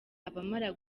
abamara